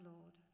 Lord